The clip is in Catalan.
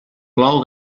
plou